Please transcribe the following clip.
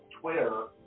Twitter